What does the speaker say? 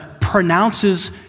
pronounces